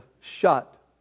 shut